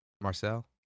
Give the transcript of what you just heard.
Marcel